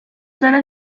zona